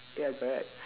ya correct